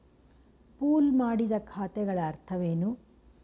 Pool ಮಾಡಿದ ಖಾತೆಗಳ ಅರ್ಥವೇನು?